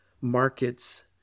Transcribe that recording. markets